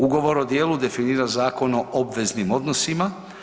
Ugovor o djelu definira Zakon o obveznim odnosima.